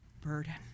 burden